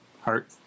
heart